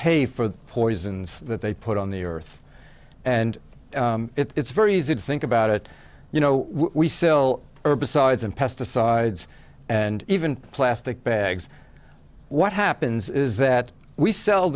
pay for the poisons that they put on the earth and it's very easy to think about it you know we sell herbicides and pesticides and even plastic bags what happens is that we sell